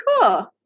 cool